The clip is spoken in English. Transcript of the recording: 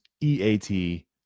EAT